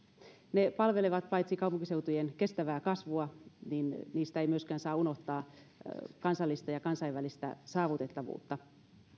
ne palvelevat kaupunkiseutujen kestävää kasvua mutta ei saa unohtaa myöskään kansallista ja kansainvälistä saavutettavuutta